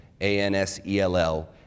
A-N-S-E-L-L